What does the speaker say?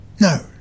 No